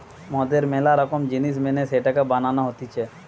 মদের ম্যালা রকম জিনিস মেনে সেটাকে বানানো হতিছে